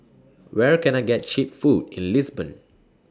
Where Can I get Cheap Food in Lisbon